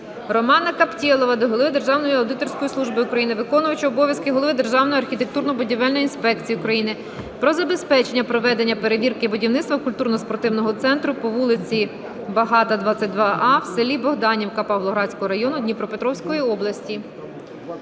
Романа Каптєлова до голови Державної аудиторської служби України, виконувача обов'язків голови Державної архітектурно-будівельної інспекції України про забезпечення проведення перевірки будівництва культурно-спортивного центру по вулиці Багата, 22а в селі Богданівка Павлоградського району Дніпропетровської області.